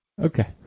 Okay